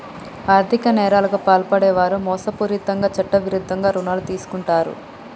ఆర్ధిక నేరాలకు పాల్పడే వారు మోసపూరితంగా చట్టవిరుద్ధంగా రుణాలు తీసుకుంటరు